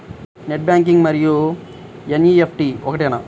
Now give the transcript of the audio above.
Net banking మరియు NEFT ఒకటేనా?